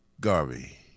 Garvey